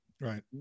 Right